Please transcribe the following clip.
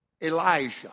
Elijah